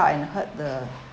and heard the